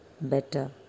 better